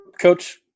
coach